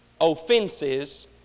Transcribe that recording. offenses